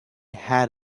had